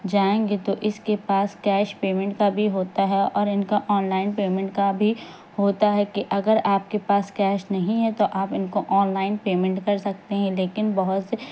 جائیں گے تو اس کے پاس کیش پیمنٹ کا بھی ہوتا ہے اور ان کا آن لائن پیمنٹ کا بھی ہوتا ہے کہ اگر آپ کے پاس کیش نہیں ہے تو آپ ان کو آن لائن پیمنٹ کر سکتے ہیں لیکن بہت سے